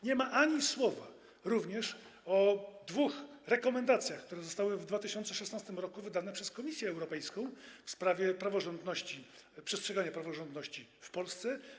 Nie ma ani słowa również o dwóch rekomendacjach, które zostały w 2016 r. wydane przez Komisję Europejską w sprawie przestrzegania praworządności w Polsce.